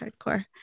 hardcore